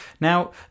Now